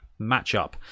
matchup